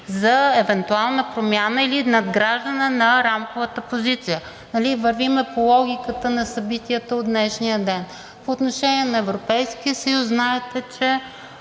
за евентуална промяна или надграждане на рамковата позиция. Нали вървим по логиката на събитията от днешния ден?! По отношение на Европейския съюз знаете,